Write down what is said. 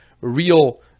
real